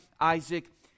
Isaac